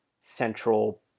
central